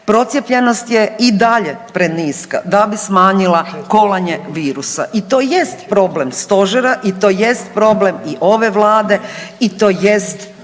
Procijepljenost je i dalje preniska da bi smanjila kolanje virusa i to jest problem stožer i to jest problem i ove vlade i to jest